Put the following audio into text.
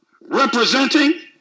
Representing